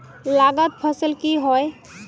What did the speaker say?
लागत फसल की होय?